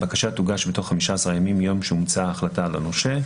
הבקשה תוגש בתוך 15 ימים מיום שהומצאה ההחלטה לנושה.